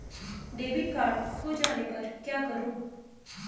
Debit card खो जाने पर क्या करूँ?